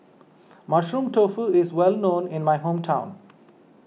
Mushroom Tofu is well known in my hometown